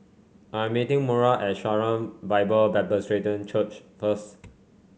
I am meeting Maura at Sharon Bible Presbyterian Church first